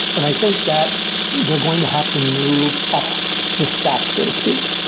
and i think that they're going to have to move up the stack so to speak.